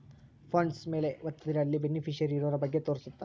funds ಮೇಲೆ ವತ್ತಿದ್ರೆ ಅಲ್ಲಿ ಬೆನಿಫಿಶಿಯರಿ ಇರೋರ ಬಗ್ಗೆ ತೋರ್ಸುತ್ತ